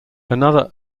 another